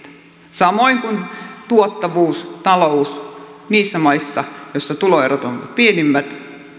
samoin kuin tuottavuus talous on parhaimmassa jamassa niissä maissa joissa tuloerot ovat pienimmät